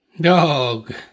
Dog